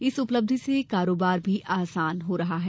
इस उपलब्धि से कारोबार भी आसान हो रहा है